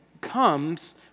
comes